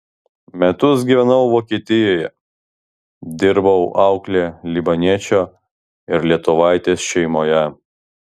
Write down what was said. metus gyvenau vokietijoje dirbau aukle libaniečio ir lietuvaitės šeimoje